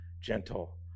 gentle